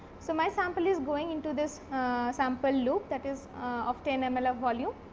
so, my sample is going into this sample loop that is of ten and ml of volume.